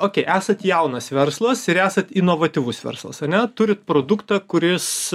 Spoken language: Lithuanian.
okei esat jaunas verslas ir esat inovatyvus verslas ane turit produktą kuris